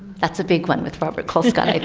that's a big one with robert colescott, i